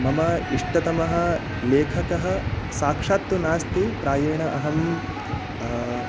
मम इष्टतमः लेखकः साक्षात् तु नास्ति प्रायेण अहं